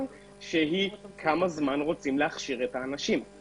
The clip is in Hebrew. שהיא כמה זמן רוצים להכשיר את האנשים.